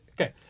Okay